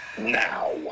Now